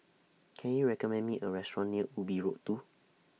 Can YOU recommend Me A Restaurant near Ubi Road two